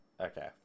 Okay